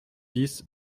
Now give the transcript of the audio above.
dix